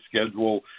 schedule